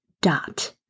dot